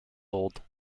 old